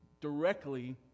directly